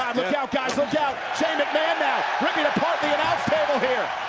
look out guys, look out. shane mcmahon now, ripping apart the announce table here.